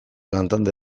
lantalde